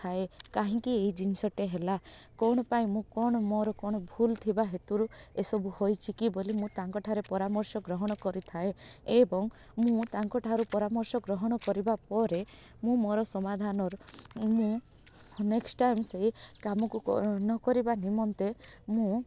ଥାଏ କାହିଁକି ଏଇ ଜିନିଷଟେ ହେଲା କ'ଣ ପାଇଁ ମୁଁ କ'ଣ ମୋର କ'ଣ ଭୁଲ ଥିବା ହେତୁରୁ ଏସବୁ ହୋଇଛି କିି ବୋଲି ମୁଁ ତାଙ୍କଠାରେ ପରାମର୍ଶ ଗ୍ରହଣ କରିଥାଏ ଏବଂ ମୁଁ ତାଙ୍କଠାରୁ ପରାମର୍ଶ ଗ୍ରହଣ କରିବା ପରେ ମୁଁ ମୋର ସମାଧାନର ମୁଁ ନେକ୍ସଟ ଟାଇମ୍ ସେଇ କାମକୁ ନକର ନିମନ୍ତେ ମୁଁ